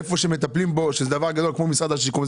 היכן שמטפלים בו שזה דבר גדול כמו משרד השיכון,